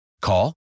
Call